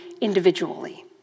individually